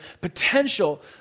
potential